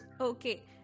Okay